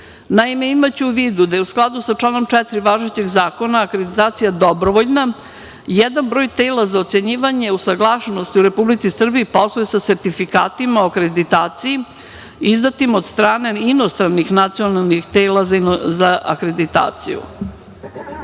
Naime, imaću u vidu da je u skladu sa članom 4. važećeg zakona akreditacija dobrovoljna. Jedan broj tela za ocenjivanje usaglašenosti u Republici Srbiji posluje sa sertifikatima o akreditaciji izdatim od strane inostranih nacionalnih tela za akreditaciju. Predlagač